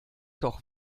doch